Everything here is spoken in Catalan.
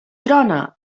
trona